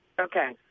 okay